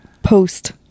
Post